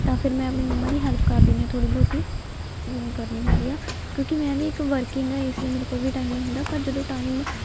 ਤਾਂ ਫਿਰ ਮੈਂ ਆਪਣੀ ਮੰਮਾ ਦੀ ਹੈਲਪ ਕਰ ਦਿੰਦੀ ਹਾਂ ਥੋੜ੍ਹੀ ਬਹੁਤੀ ਜਿਵੇਂ ਕਰਨੀ ਹੁੰਦੀ ਆ ਕਿਉਂਕਿ ਮੈਂ ਵੀ ਇੱਕ ਵਰਕਿੰਗ ਹਾਂ ਇਸ ਲਈ ਮੇਰੇ ਕੋਲ ਵੀ ਟਾਈਮ ਨਹੀਂ ਹੁੰਦਾ ਪਰ ਜਦੋਂ ਟਾਈਮ